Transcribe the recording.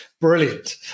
brilliant